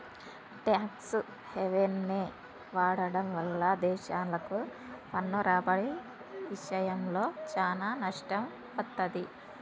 tax హెవెన్ని వాడటం వల్ల దేశాలకు పన్ను రాబడి ఇషయంలో చానా నష్టం వత్తది